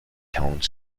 tone